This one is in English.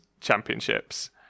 Championships